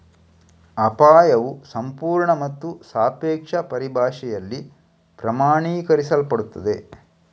ಅಪಾಯವು ಸಂಪೂರ್ಣ ಮತ್ತು ಸಾಪೇಕ್ಷ ಪರಿಭಾಷೆಯಲ್ಲಿ ಪ್ರಮಾಣೀಕರಿಸಲ್ಪಡುತ್ತದೆ